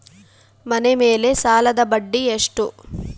ಮನೆ ಮೇಲೆ ಸಾಲದ ಬಡ್ಡಿ ಎಷ್ಟು?